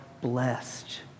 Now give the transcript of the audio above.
blessed